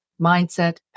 Mindset